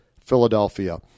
Philadelphia